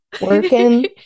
working